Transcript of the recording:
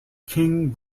king